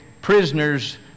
prisoner's